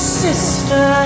sister